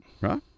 Right